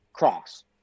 cross